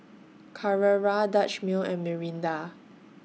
Carrera Dutch Mill and Mirinda